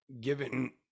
given